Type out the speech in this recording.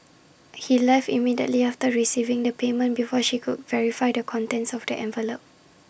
he left immediately after receiving the payment before she could verify the contents of the envelope